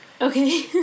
Okay